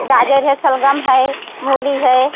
गाजर है शलजम है मूली है